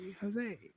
Jose